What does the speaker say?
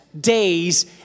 days